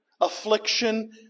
affliction